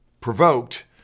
provoked